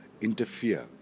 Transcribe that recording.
interfere